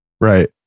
right